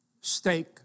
steak